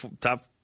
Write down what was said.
top